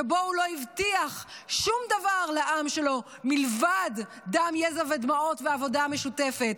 שבו הוא לא הבטיח שום דבר לעם שלו מלבד דם יזע ודמעות ועבודה משותפת?